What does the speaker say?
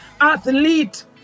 athlete